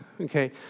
Okay